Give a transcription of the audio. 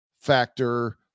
factor